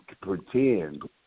pretend